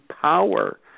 power